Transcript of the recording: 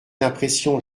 l’impression